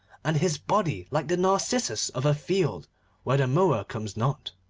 and his body like the narcissus of a field where the mower comes not.